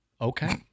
okay